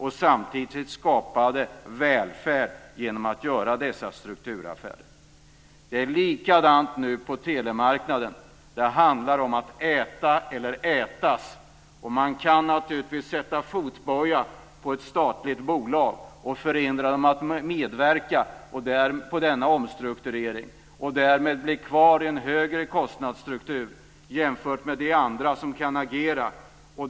Samtidigt skapade man välfärd genom dessa strukturförändringar. Det är likadant nu på telemarknaden. Det handlar om att äta eller ätas. Man kan naturligtvis sätta fotboja på ett statligt bolag och förhindra det att medverka i denna omstrukturering. Därmed blir bolaget kvar med en högre kostnadsstruktur jämfört med de bolag som kan agera.